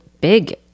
big